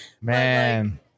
Man